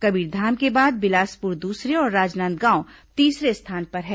कबीरधाम के बाद बिलासपुर दूसरे और राजनांदगांव तीसरे स्थान पर है